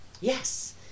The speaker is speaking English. Yes